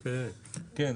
כל הזמן